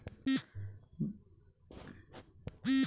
ಭತ್ತದ ಎಲೆಯಲ್ಲಿ ಬಿಳಿ ಬಣ್ಣದ ಚಿಟ್ಟೆ ಹಾಗೆ ಇದ್ದಾಗ ಯಾವ ಸಾವಯವ ಮದ್ದು ಹಾಕಬೇಕು?